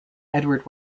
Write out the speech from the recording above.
edward